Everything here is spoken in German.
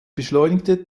beschleunigte